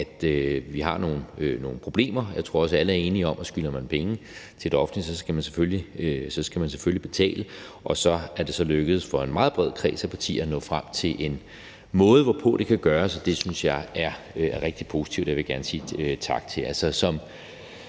at vi har nogle problemer. Jeg tror også, alle er enige om, at skylder man penge til det offentlige, skal man selvfølgelig betale. Og så er det så lykkedes for en meget bred kreds af partier at nå frem til en måde, hvorpå det kan gøres, og det synes jeg er rigtig positivt, og det vil jeg gerne sige tak for.